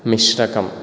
मिश्रकं